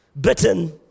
Bitten